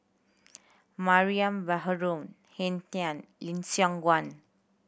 Mariam Baharom Henn Tan Lim Siong Guan